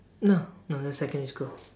no no that's secondary school